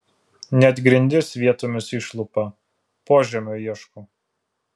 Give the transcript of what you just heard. net grindis vietomis išlupa požemio ieško